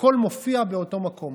הכול מופיע באותו מקום.